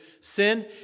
sin